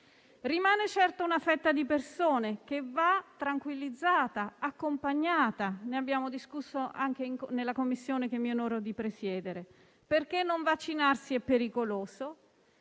Rimane una fetta di persone che va tranquillizzata e accompagnata; ne abbiamo discusso anche nella Commissione che mi onoro di presiedere. Non vaccinarsi è pericoloso